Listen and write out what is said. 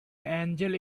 angel